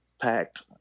packed